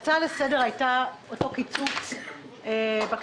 ההצעה לסדר הייתה אותו קיצוץ בכספים